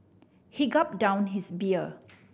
he gulped down his beer